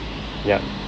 yup